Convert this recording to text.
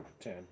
ten